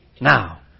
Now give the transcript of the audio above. Now